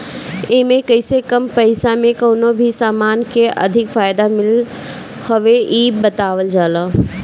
एमे कइसे कम पईसा में कवनो भी समान के अधिक फायदा मिलत हवे इ बतावल जाला